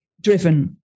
driven